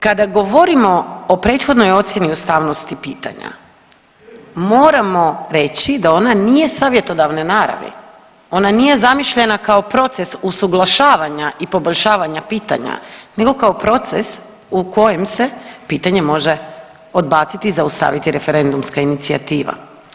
Kada govorimo o prethodnoj ocijeni ustavnosti pitanja moramo reći da ona nije savjetodavne naravi, ona nije zamišljena kao proces usuglašavanja i poboljšavanja pitanja nego kao proces u kojem se pitanje može odbaciti i zaustaviti referendumska inicijativa.